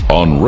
on